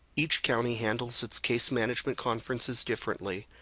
each county handles its case management conferences differently,